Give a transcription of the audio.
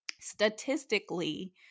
statistically